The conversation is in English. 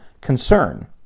concern